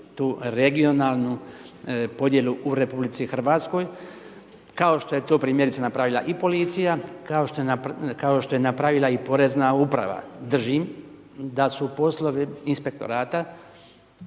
tu regionalnu podjelu u RH, kao što je to primjerice napravila i policija, kao što je napravila i Porezna uprava. Držim da su poslovi inspektorata